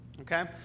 okay